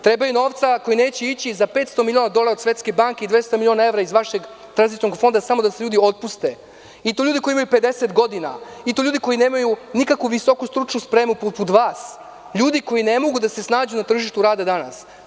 Treba joj novca koji neće ići za 500 miliona dolara od Svetske banke i 200 miliona evra iz vašeg tranzitnog fonda samo da se ljudi otpuste, i to ljudi kojio imaju 50 godina, ljudi koji nemaju nikakvu visoku stručnu spremu poput vas, koji ne mogu da se snađu na tržištu rada danas.